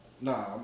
Nah